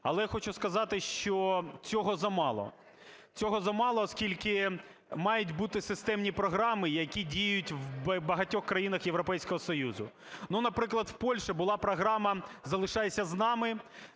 Але хочу сказати, що цього замало. Цього замало, оскільки мають бути системні програми, які діють в багатьох країнах Європейського Союзу. Ну, наприклад, в Польщі була програма "Залишайся з нами",